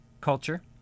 culture